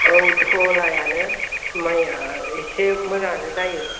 औ धलायानो मायआ एसे मोजांआनो जायो